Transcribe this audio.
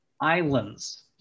islands